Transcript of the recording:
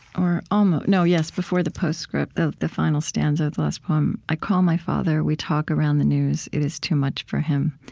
or almost no yes, before the postscript, the the final stanza of the last poem. i call my father, we talk around the news it is too much for him,